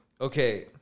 Okay